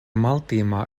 maltima